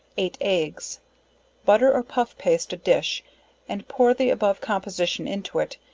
eight eggs butter or puff paste a dish and pour the above composition into it,